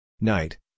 Night